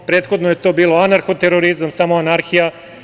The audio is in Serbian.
Prethodno je to bio anarhoterorizma, samo anarhija.